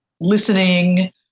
listening